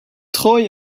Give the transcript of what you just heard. troy